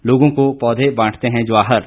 लोगों को पौधे बांटते है जवाहर